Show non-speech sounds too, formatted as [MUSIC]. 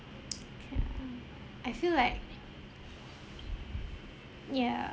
[NOISE] K ah I feel like ya